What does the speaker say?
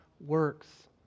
works